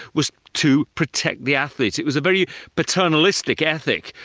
was to protect the athletes. it was a very paternalistic ethic,